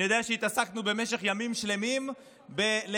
אני יודע שהתעסקנו במשך ימים שלמים בלממן